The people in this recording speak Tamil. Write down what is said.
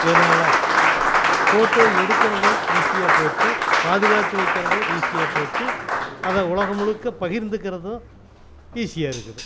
இதனால் ஃபோட்டோ எடுக்கிறதும் ஈஸியாக போச்சு பாதுகாத்து வைக்கிறதும் ஈஸியாக போச்சு அதை உலகம் முழுக்க பகிர்ந்துக்கிறதும் ஈஸியாக இருக்குது